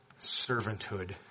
servanthood